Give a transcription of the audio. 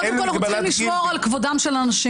קודם כול אנחנו צריכים לשמור על כבודם של אנשים.